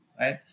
right